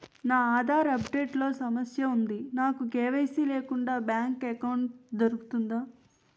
నా Aadhaar update లో సమస్య వుంది నాకు కే.వై.సీ లేకుండా బ్యాంక్ ఎకౌంట్దొ రుకుతుందా?